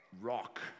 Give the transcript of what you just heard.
Rock